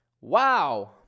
Wow